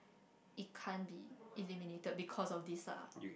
it can't be eliminated because of this lah